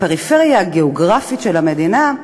לפריפריה הגיאוגרפית של המדינה,